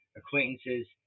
acquaintances